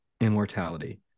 immortality